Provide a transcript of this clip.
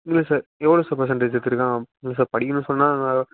இல்லை சார் எவ்வளோ sir percentage எடுத்திருக்கான் இல்லை சார் படிக்கணும்னு சொன்னால்